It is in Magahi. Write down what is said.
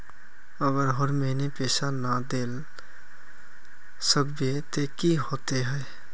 अगर हर महीने पैसा ना देल सकबे ते की होते है?